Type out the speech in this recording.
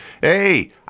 Hey